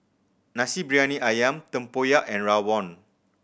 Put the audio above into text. Nasi Briyani Ayam tempoyak and rawon